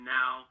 now